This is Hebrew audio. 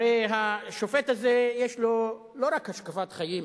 הרי השופט הזה יש לו לא רק השקפת חיים,